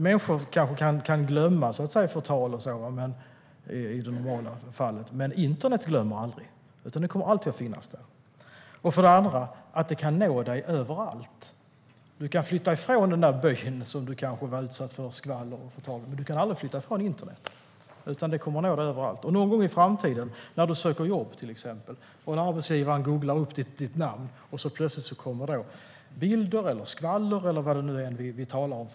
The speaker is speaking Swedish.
Människor kanske kan glömma förtal i normala fall, men internet glömmer aldrig. Det kommer alltid att finnas där. För det andra kan det nå dig överallt. Du kan flytta från byn där du kanske var utsatt för skvaller och förtal, men du kan aldrig flytta från internet. Det kommer att nå dig överallt. Någon gång i framtiden, till exempel när du söker jobb och arbetsgivaren googlar ditt namn, kommer det plötsligt bilder, skvaller, förtal, osanna uppgifter eller vad det nu är vi talar om.